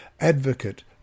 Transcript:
advocate